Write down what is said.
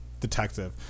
Detective